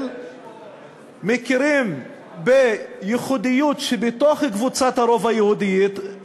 מכירים בייחודיות בתוך קבוצת הרוב היהודית,